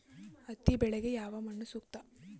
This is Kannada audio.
ಹತ್ತಿ ಬೆಳೆಗೆ ಯಾವ ಮಣ್ಣು ಸೂಕ್ತ?